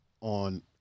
on